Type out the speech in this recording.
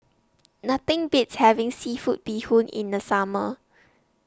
Nothing Beats having Seafood Bee Hoon in The Summer